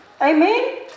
Amen